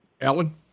Alan